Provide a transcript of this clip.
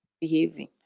behaving